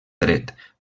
dret